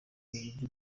wiyumva